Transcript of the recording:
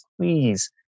please